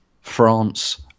France